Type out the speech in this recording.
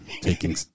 Taking